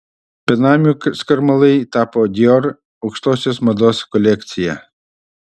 benamių skarmalai tapo dior aukštosios mados kolekcija